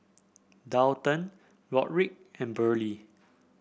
Daulton Rodrick and Burley